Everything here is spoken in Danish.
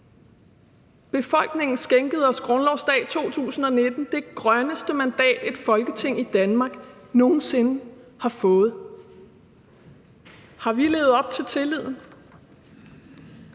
Befolkningen skænkede os grundlovsdag 2019 det grønneste mandat, et Folketing i Danmark nogen sinde har fået. Har vi levet op til tilliden?